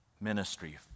ministry